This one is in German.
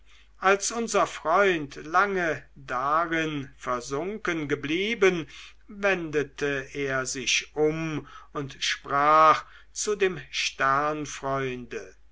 als unser freund lange darin versunken geblieben wendete er sich um und sprach zu dem